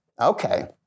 Okay